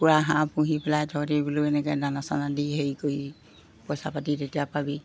কুকুৰা হাঁহ পুহি পেলাই তহঁতে বোলো এনেকৈ দানা চানা দি হেৰি কৰি পইচা পাতি তেতিয়া পাবি